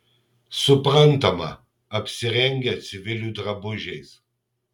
suprantama apsirengę civilių drabužiais